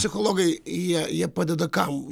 psichologai jie jie padeda kam